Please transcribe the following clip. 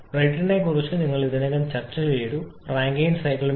ബ്രൈട്ടനെക്കുറിച്ച് നിങ്ങൾ ഇതിനകം ചർച്ചചെയ്തു റാങ്കൈൻ സൈക്കിളും